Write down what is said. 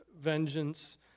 vengeance